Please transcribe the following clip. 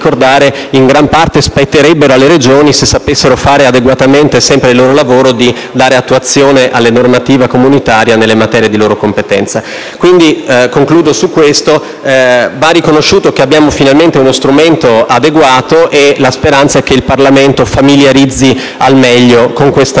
in gran parte spetterebbero alle Regioni, se sapessero fare adeguatamente e sempre il loro lavoro di dare attuazione alla normativa comunitaria nelle materie di loro competenza. Quindi, va riconosciuto che abbiamo finalmente uno strumento adeguato; la speranza è che il Parlamento familiarizzi al meglio con questa nuova